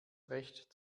recht